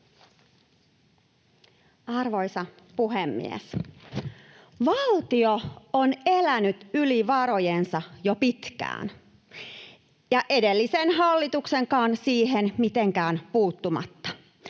Arvoisa puhemies! Valtio on elänyt yli varojensa jo pitkään ja edellisen hallituksenkaan siihen mitenkään puuttumatta.